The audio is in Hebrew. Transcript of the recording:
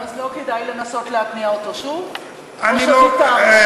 לא כדאי לנסות להתניע אותו שוב יחד אתם?